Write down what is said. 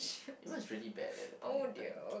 it was really bad at that point in time